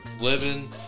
living